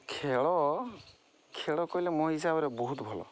ଖେଳ ଖେଳ କହିଲେ ମୋ ହିସାବରେ ବହୁତ ଭଲ